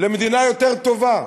למדינה יותר טובה.